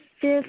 fifth